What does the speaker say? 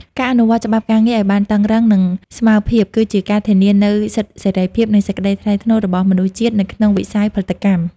ការអនុវត្តច្បាប់ការងារឱ្យបានតឹងរ៉ឹង និងស្មើភាព គឺជាការធានានូវសិទ្ធិសេរីភាព និងសេចក្ដីថ្លៃថ្នូររបស់មនុស្សជាតិនៅក្នុងវិស័យផលិតកម្ម។